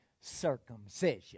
circumcision